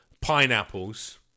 pineapples